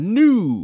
new